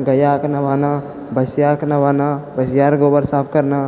गैआके नहबाना भैँसिआके नहबाना भैँसिआरऽ गोबर साफ करना